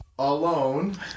Alone